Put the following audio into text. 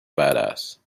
badass